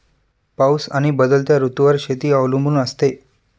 पाऊस आणि बदलत्या ऋतूंवर शेती अवलंबून असते